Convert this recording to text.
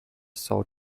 sold